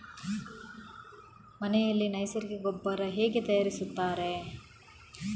ಮನೆಯಲ್ಲಿ ನೈಸರ್ಗಿಕ ಗೊಬ್ಬರ ಹೇಗೆ ತಯಾರಿಸುತ್ತಾರೆ?